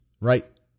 Right